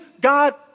God